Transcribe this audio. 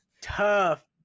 tough